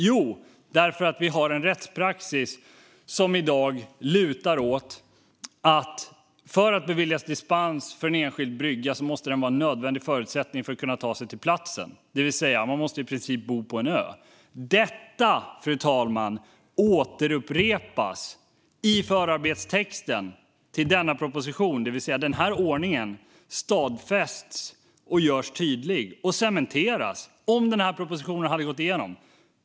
Jo, därför att vi har en rättspraxis som i dag lutar åt att för att man ska beviljas dispens för en enskild brygga måste den vara en nödvändig förutsättning för att kunna ta sig till platsen. Man måste alltså i princip bo på en ö. Detta, fru talman, upprepas i förarbetstexten till denna proposition. Det innebär att den här ordningen skulle stadfästs, gjorts tydlig och cementerats - om propositionen hade gått igenom.